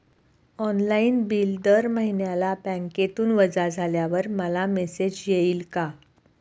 Bill online दर महिन्याला बँकेतून वजा झाल्यावर मला मेसेज येईल का?